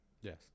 Yes